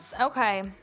okay